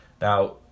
Now